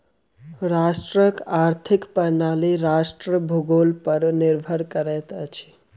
राष्ट्रक आर्थिक प्रणाली राष्ट्रक भूगोल पर निर्भर करैत अछि